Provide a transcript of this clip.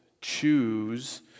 choose